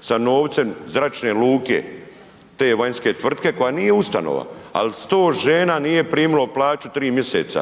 sa novcem zračne luke te vanjske tvrtke koja nije ustanova, ali 100 žena nije primilo plaću 3 mjesec.